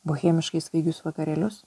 bohemiškai svaigius vakarėlius